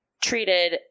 treated